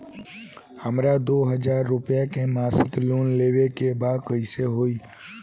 हमरा दो हज़ार रुपया के मासिक लोन लेवे के बा कइसे होई?